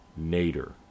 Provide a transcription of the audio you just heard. Nader